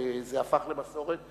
וזה הפך למסורת,